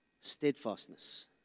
steadfastness